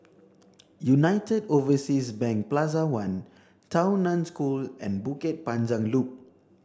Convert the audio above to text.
United Overseas Bank Plaza One Tao Nan School and Bukit Panjang Loop